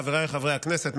חבריי חברי הכנסת,